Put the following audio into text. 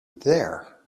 there